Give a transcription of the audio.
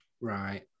Right